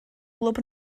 glwb